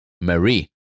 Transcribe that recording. Marie